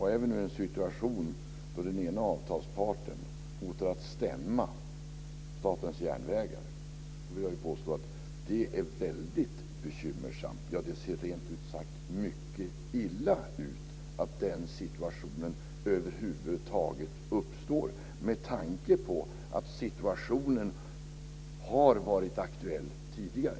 Är vi nu i en situation där den ena avtalsparten hotar att stämma Statens järnvägar vill jag påstå att det är väldigt bekymmersamt. Det ser rent ut sagt mycket illa ut att den situationen över huvud taget uppstår, särskilt med tanke på att den har varit aktuell tidigare.